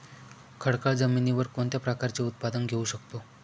खडकाळ जमिनीवर कोणत्या प्रकारचे उत्पादन घेऊ शकतो?